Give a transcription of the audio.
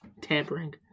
Tampering